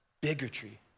bigotry